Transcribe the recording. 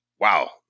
Wow